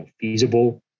feasible